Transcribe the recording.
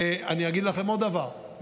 ואני אגיד לכם עוד דבר.